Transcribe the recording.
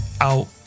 out